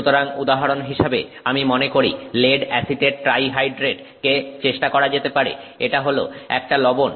সুতরাং উদাহরণ হিসেবে আমি মনে করি লেড অ্যাসিটেট ট্রাইহাইড্রেট কে চেষ্টা করা যেতে পারে এটা হল একটা লবণ